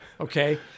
Okay